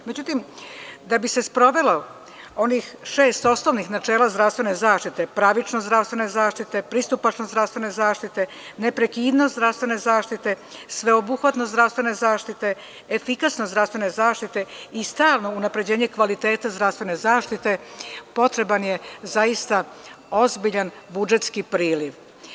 Međutim, da bi se sprovelo onih šest osnovnih načela zdravstvene zaštite, pravičnost zdravstvene zaštite, pristupačnost zdravstvene zaštite, neprekidnost zdravstvene zaštite, sveobuhvatnost zdravstvene zaštite, efikasnost zdravstvene zaštite, i stalno unapređenje kvaliteta zdravstvene zaštite i potreban je zaista ozbiljan budžetski priliv.